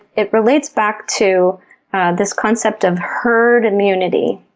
it relates back to this concept of herd immunity.